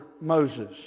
Moses